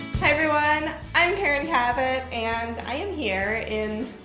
hi everyone, i'm karen kavett and i am here in